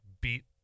beat